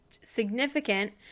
significant